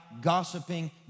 gossiping